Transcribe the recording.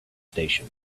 station